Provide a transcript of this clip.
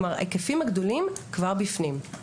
כלומר, ההיקפים הגדולים כבר בפנים.